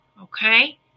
Okay